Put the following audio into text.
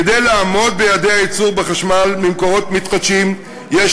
כדי לעמוד ביעדי ייצור החשמל ממקורות מתחדשים יש